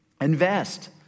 Invest